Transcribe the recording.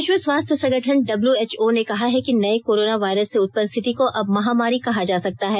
विश्व स्वास्थ्य संगठन डब्यूएचओ ने कहा है कि नये कोरोना वायरस से उत्पन्न स्थिति को अब महामारी कहा जा सकता है